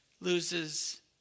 loses